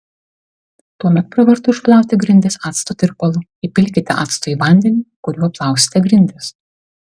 tuomet pravartu išplauti grindis acto tirpalu įpilkite acto į vandenį kuriuo plausite grindis